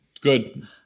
Good